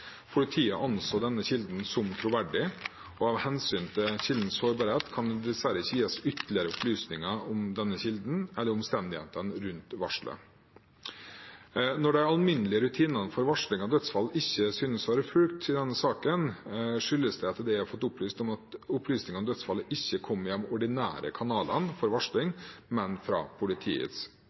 Politiet anså denne kilden som troverdig, og av hensyn til kildens sårbarhet kan det dessverre ikke gis ytterligere opplysninger om denne kilden, eller om omstendighetene rundt varselet. Når de alminnelige rutinene for varsling av dødsfall ikke synes å være fulgt i denne saken, skyldes det, etter det jeg har fått opplyst, at opplysningene om dødsfallet ikke kom gjennom de ordinære kanalene for varsling, men fra politiets